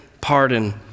pardon